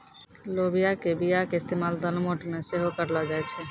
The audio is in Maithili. लोबिया के बीया के इस्तेमाल दालमोट मे सेहो करलो जाय छै